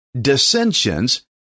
dissensions